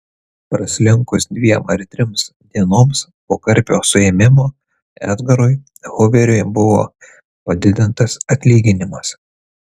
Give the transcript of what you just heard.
praslinkus dviem ar trims dienoms po karpio suėmimo edgarui huveriui buvo padidintas atlyginimas